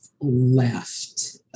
left